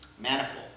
manifold